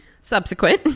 Subsequent